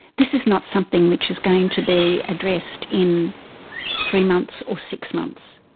this is not something which is going to be addressed in three months or six months.